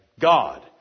God